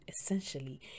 essentially